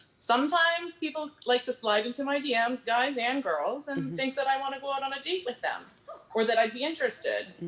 sometimes people like to slide into my dms, guys and girls, and think that i wanna go out on a date with them or that i'd be interested.